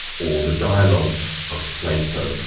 or the dialogues of plato,